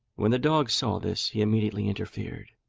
when the dog saw this he immediately interfered,